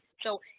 so